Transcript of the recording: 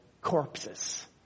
corpses